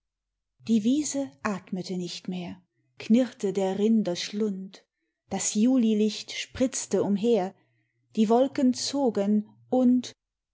die wiese atmete nicht mehr knirrte der rinder schlund das julilicht spritzte umher die wolken zogen und